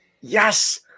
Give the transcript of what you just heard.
Yes